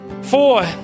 Four